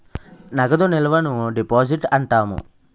నగదు నిల్వను డిపాజిట్ అంటాము